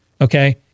Okay